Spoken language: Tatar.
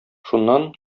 шуннан